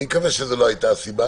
אני מקווה שזאת לא הייתה הסיבה,